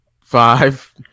Five